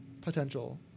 potential